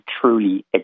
truly